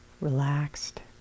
relaxed